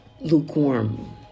lukewarm